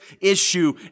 issue